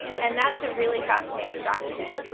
and that's a really fascinating document.